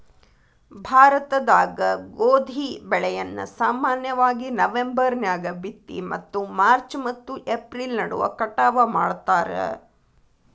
ಭಾರತದಾಗ ಗೋಧಿ ಬೆಳೆಯನ್ನ ಸಾಮಾನ್ಯವಾಗಿ ನವೆಂಬರ್ ನ್ಯಾಗ ಬಿತ್ತಿ ಮತ್ತು ಮಾರ್ಚ್ ಮತ್ತು ಏಪ್ರಿಲ್ ನಡುವ ಕಟಾವ ಮಾಡ್ತಾರ